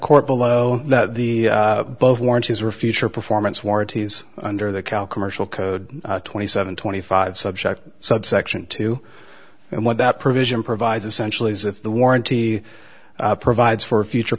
court below that the both warranties were future performance warranties under the cal commercial code twenty seven twenty five subject subsection two and what that provision provides essential is if the warranty provides for future